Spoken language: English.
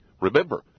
Remember